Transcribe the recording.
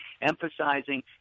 emphasizing